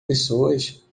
pessoas